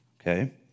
Okay